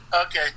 Okay